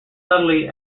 subtly